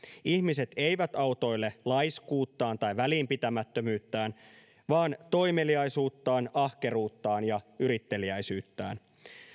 ihmiset eivät autoile laiskuuttaan tai välinpitämättömyyttään vaan toimeliaisuuttaan ahkeruuttaan ja yritteliäisyyttään